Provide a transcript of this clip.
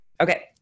Okay